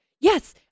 yes